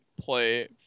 play